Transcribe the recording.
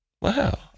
Wow